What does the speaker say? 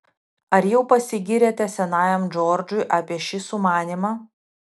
ar jau pasigyrėte senajam džordžui apie šį sumanymą